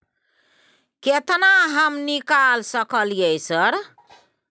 केतना हम निकाल सकलियै सर?